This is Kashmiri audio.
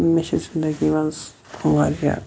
مےٚ چھِ زِندگی مَنٛز واریاہ